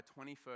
21st